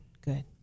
good